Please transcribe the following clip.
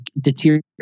deteriorate